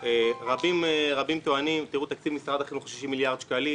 רבים טוענים שתקציב משרד החינוך הוא 60 מיליארד שקלים,